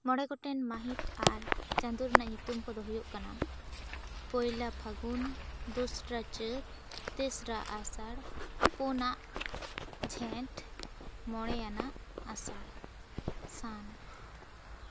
ᱢᱚᱬᱮ ᱜᱚᱴᱮᱱ ᱢᱟᱹᱦᱤᱛ ᱟᱨ ᱪᱟᱸᱫᱚ ᱨᱮᱱᱟᱜ ᱧᱩᱛᱩᱢ ᱠᱚ ᱫᱚ ᱦᱩᱭᱩᱜ ᱠᱟᱱᱟ ᱯᱩᱭᱞᱟᱹ ᱯᱷᱟᱹᱜᱩᱱ ᱫᱚᱥᱟᱨ ᱪᱟᱹᱛ ᱛᱮᱥᱨᱟ ᱟᱥᱟᱲ ᱯᱚᱱᱟᱜ ᱡᱷᱮᱸᱴ ᱢᱚᱬᱮ ᱭᱟᱱᱟᱜ ᱟᱥᱟᱲ ᱥᱟᱱ